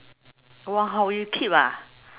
!wow! you keep ah